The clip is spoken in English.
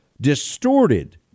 distorted